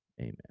amen